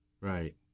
Right